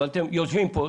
אבל אתם יושבים פה,